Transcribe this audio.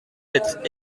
être